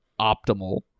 optimal